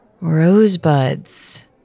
rosebuds